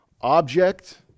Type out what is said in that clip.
object